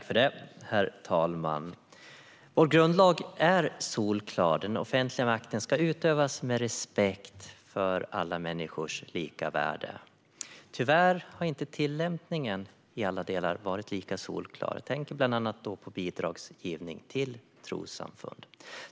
Herr talman! Vår grundlag är solklar. Den offentliga makten ska utövas med respekt för alla människors lika värde. Tyvärr har inte tillämpningen i alla delar varit lika solklar. Jag tänker då bland annat på bidragsgivning till trossamfund.